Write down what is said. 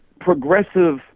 progressive